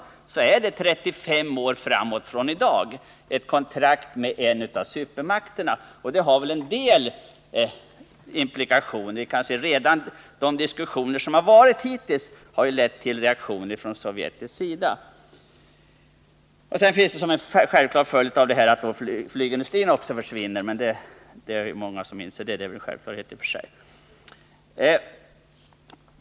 Det innebär alltså 35 år framåt från i dag ett kontrakt med en av supermakterna, och det har en del komplikationer. Redan de diskussioner som förts hittills har lett till reaktioner från sovjetisk sida. Som en självklar följd av allt detta försvinner flygindustrin, men det är väl känt för alla i och för sig.